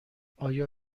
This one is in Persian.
آیا